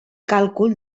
càlcul